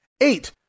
Eight